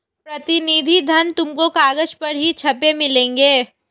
प्रतिनिधि धन तुमको कागज पर ही छपे मिलेंगे